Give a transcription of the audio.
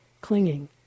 clinging